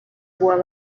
well